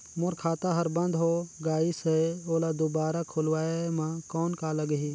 मोर खाता हर बंद हो गाईस है ओला दुबारा खोलवाय म कौन का लगही?